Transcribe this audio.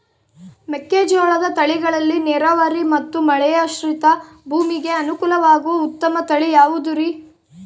ಮೆಕ್ಕೆಜೋಳದ ತಳಿಗಳಲ್ಲಿ ನೇರಾವರಿ ಮತ್ತು ಮಳೆಯಾಶ್ರಿತ ಭೂಮಿಗೆ ಅನುಕೂಲವಾಗುವ ಉತ್ತಮ ತಳಿ ಯಾವುದುರಿ?